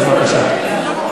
בבקשה.